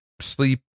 sleep